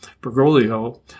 Bergoglio